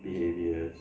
behaviour